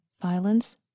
violence